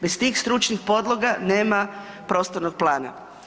Bez tih stručnih podloga nema prostornog plana.